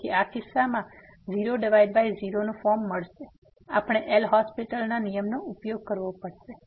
તેથી આ કિસ્સામાં તેથી 00 ફોર્મ્સ આપણે એલ'હોસ્પિટલL'hospitalsના નિયમનો ઉપયોગ કરવો પડશે